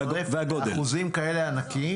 אחוזים כאלה ענקיים?